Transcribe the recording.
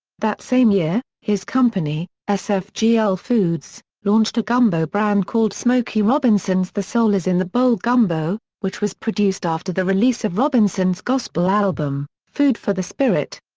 that same year, his company, ah sfgl foods, launched a gumbo brand called smokey robinson's the soul is in the bowl gumbo, which was produced after the release of robinson's gospel album, food for the spirit.